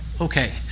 Okay